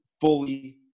fully